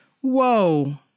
Whoa